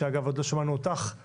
ואגב עוד לא שמענו אותך,